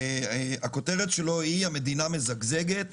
שכותרתו היא: המדינה מזגזגת